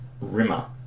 Rimmer